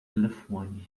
telefone